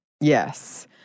Yes